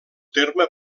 terme